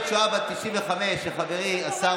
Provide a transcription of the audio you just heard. הייתה ניצולת שואה בת 95 שחברי השר